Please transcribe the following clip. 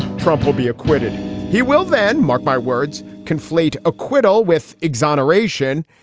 trump will be acquitted he will then mark my words, conflate acquittal with exoneration,